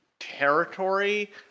territory